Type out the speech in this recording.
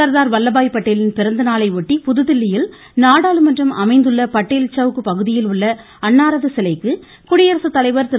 சர்தார் வல்லபாய் பட்டேலின் பிறந்தநாளையொட்டி புதுதில்லியில் நாடாளுமன்றம் அமைந்துள்ள பட்டேல் சௌக் பகுதியில் உள்ள அன்னாரது சிலைக்கு குடியரசுத்தலைவர் திரு